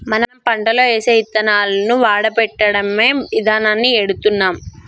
మనం పంటలో ఏసే యిత్తనాలను వాడపెట్టడమే ఇదానాన్ని ఎడుతున్నాం